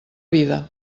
vida